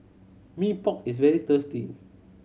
Mee Pok is very tasty